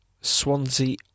Swansea